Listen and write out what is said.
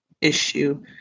issue